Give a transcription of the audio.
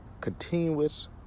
continuous